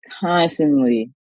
constantly